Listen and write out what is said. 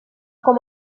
com